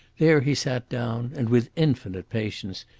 there he sat down and, with infinite patience,